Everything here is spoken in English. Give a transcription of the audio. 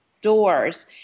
doors